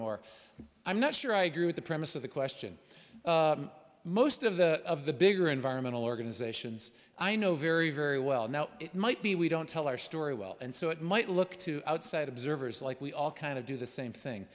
more i'm not sure i agree with the premise of the question most of the of the bigger environmental organizations i know very very well now it might be we don't tell our story well and so it might look to outside observers like we all kind of do the same thing